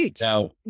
Now